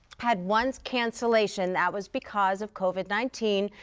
had once cancellation. that was because of covid nineteen.